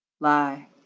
lie